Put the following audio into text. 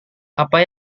apa